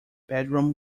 bedroom